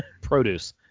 Produce